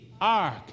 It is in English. ark